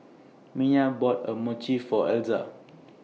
Mya bought A Mochi For Elza